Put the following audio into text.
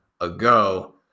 ago